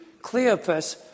Cleopas